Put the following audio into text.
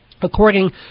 According